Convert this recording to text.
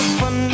fun